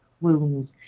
wounds